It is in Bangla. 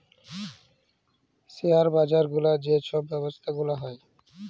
শেয়ার বাজার গুলার যে ছব ব্যবছা গুলা হ্যয়